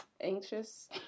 anxious